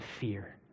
fear